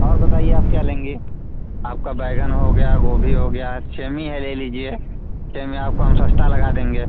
और बताइए आप क्या लेंगी आपका बैंगन हो गया गोभी हो गया छेमी है ले लीजिए छेमी आपको हम सस्ता लगा देंगे